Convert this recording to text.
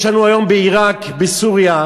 יש לנו היום בעיראק, בסוריה,